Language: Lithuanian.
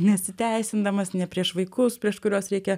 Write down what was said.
nesiteisindamas ne prieš vaikus prieš kuriuos reikia